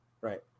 Right